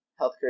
healthcare